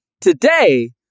today